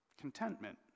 Contentment